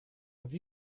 have